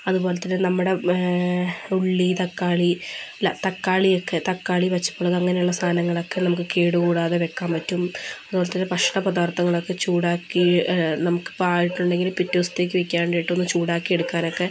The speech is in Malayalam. അതുപോലെ തന്നെ നമ്മുടെ ഉള്ളി തക്കാളി അല്ല തക്കാളിയൊക്കെ തക്കാളി പച്ചമുളക് അങ്ങനെയുള്ള സാനങ്ങളൊക്കെ നമുക്ക് കേടു കൂടാതെ വയ്ക്കാൻ പറ്റും അതുപോലെ തന്നെ ഭക്ഷണ പദാർത്ഥങ്ങളൊക്കെ ചൂടാക്കി നമുക്ക് പാഴായിട്ടുണ്ടെങ്കിൽ പിറ്റേ ദിവസത്തേയ്ക്ക് വയ്ക്കാൻ വേണ്ടിയിട്ടൊന്നു ചൂടാക്കി എടുക്കാനൊക്കെ